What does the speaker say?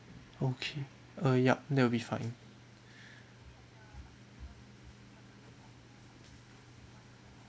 okay uh yup that'll be fine